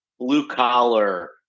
Blue-collar